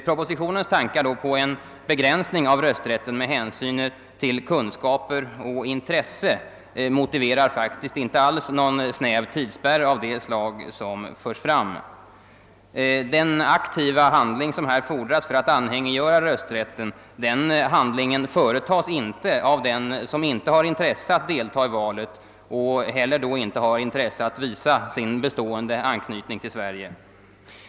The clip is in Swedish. De tankar om en begränsning av rösträtten med hänsyn till kunskaper och intresse, som framförts i propositionen, motiverar faktiskt inte alls någon snäv tidsspärr av detta slag. Den aktiva handling som fordras för att man skall få rösträtt utförs inte av dem som inte har intresse av att delta i valet eller intresse av att visa sin bestående anknytning till Sverige.